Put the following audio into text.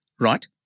Right